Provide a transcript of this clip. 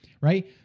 right